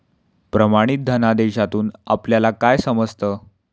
प्रमाणित धनादेशातून आपल्याला काय समजतं?